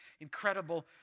incredible